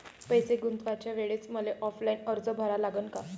पैसे गुंतवाच्या वेळेसं मले ऑफलाईन अर्ज भरा लागन का?